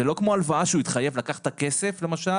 זה לא כמו הלוואה שהוא התחייב לקחת את הכסף למשל,